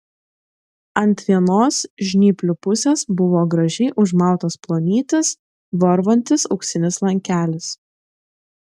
ant vienos žnyplių pusės buvo gražiai užmautas plonytis varvantis auksinis lankelis